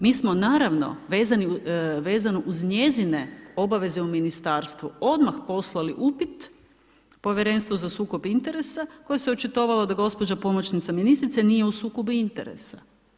Mi smo naravno vezane uz njezine obaveze u ministarstvu, odmah poslali upit povjerenstvu za sukob interesa koji se očitovalo da gospođa pomoćnice ministrice nije u sukobu interesa.